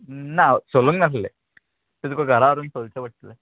ना सोलूंक नासलें तें तुका घरा व्हरून सोलचें पडटले